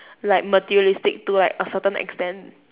like materialistic to like a certain extent